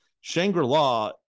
Shangri-La